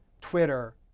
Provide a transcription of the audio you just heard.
Twitter